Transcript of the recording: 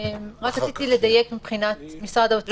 רציתי לדייק מבחינת משרד האוצר,